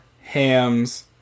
Ham's